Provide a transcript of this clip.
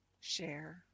Share